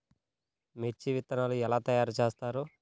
మిర్చి విత్తనాలు ఎలా తయారు చేస్తారు?